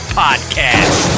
podcast